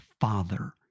Father